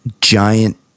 giant